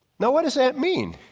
now what does that mean?